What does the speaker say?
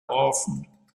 often